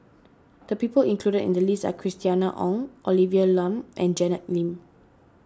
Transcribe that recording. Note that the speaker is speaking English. the people included in the list are Christina Ong Olivia Lum and Janet Lim